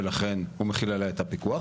ולכן הוא מחיל עליה את הפיקוח.